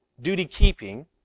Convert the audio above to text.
duty-keeping